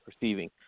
receiving